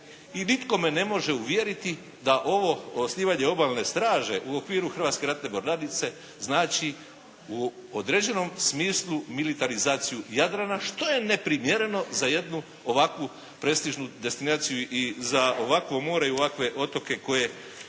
i nitko me ne može uvjeriti da ovo osnivanje Obalne straže u okviru Hrvatske ratne mornarice znači u određenom smislu militarizaciju Jadrana što je neprimjereno za jednu ovakvu prestižnu destinaciju i za ovakvo more i ovakve otoke koje